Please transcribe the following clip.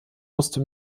musste